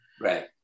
Right